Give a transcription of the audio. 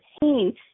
pain